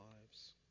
lives